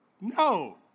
No